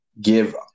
give